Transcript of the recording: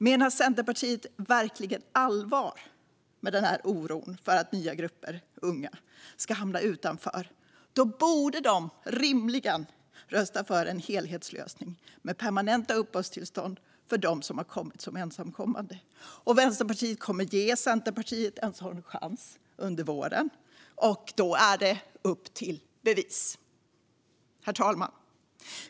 Menar Centerpartiet verkligen allvar med sin oro för att nya grupper av unga ska hamna utanför borde de rimligen rösta för en helhetslösning med permanenta uppehållstillstånd för dem som kommit som ensamkommande. Vänsterpartiet kommer att ge Centerpartiet en sådan chans under våren. Då är det upp till bevis. Herr talman!